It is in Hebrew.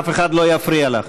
אף אחד לא יפריע לך.